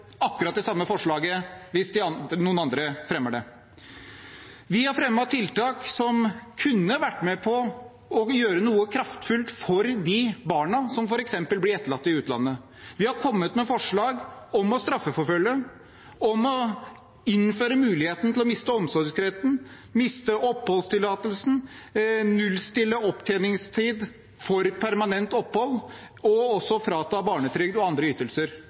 akkurat de samme forslagene hvis noen andre fremmer dem. Vi har fremmet tiltak som kunne vært med på å gjøre noe kraftfullt for de barna som f.eks. blir etterlatt i utlandet. Vi har kommet med forslag om å straffeforfølge, om å innføre muligheten til å miste omsorgsretten, miste oppholdstillatelsen, nullstille opptjeningstid for permanent opphold og også å frata barnetrygd og andre ytelser.